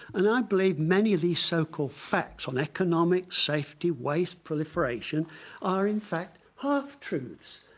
and i believe many of these so-called facts on economics, safety, waste, proliferation are in fact half-truths.